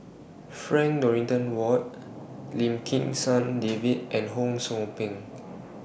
Frank Dorrington Ward Lim Kim San David and Ho SOU Ping